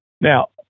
Now